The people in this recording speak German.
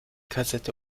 kassette